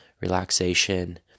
relaxation